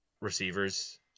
receivers